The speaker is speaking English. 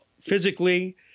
physically